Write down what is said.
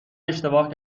اشتباه